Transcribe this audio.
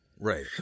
Right